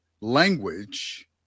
language